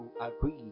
agree